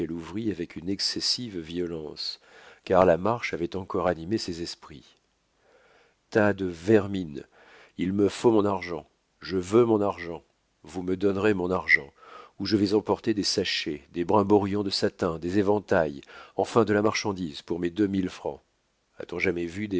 avec une excessive violence car la marche avait encore animé ses esprits tas de vermine il me faut mon argent je veux mon argent vous me donnerez mon argent ou je vais emporter des sachets des brimborions de satin des éventails enfin de la marchandise pour mes deux mille francs a-t-on jamais vu